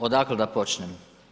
Odakle da počnem?